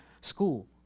school